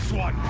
one.